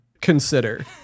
consider